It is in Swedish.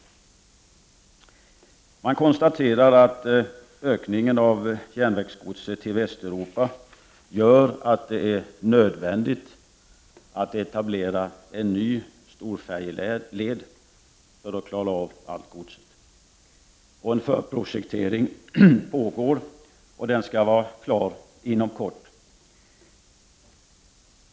Man konstaterar att ökningen av järnvägsgodset till Västeuropa gör det nödvändigt att etablera en ny stor färjeled för att man skall kunna klara av all godstransport. En förprojektering pågår, och den skall vara klar inom kort.